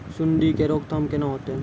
सुंडी के रोकथाम केना होतै?